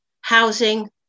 housing